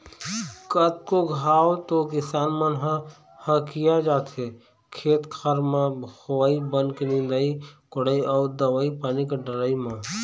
कतको घांव तो किसान मन ह हकिया जाथे खेत खार म होवई बन के निंदई कोड़ई अउ दवई पानी के डलई म